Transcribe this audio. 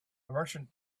merchant